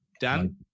Dan